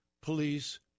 police